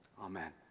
Amen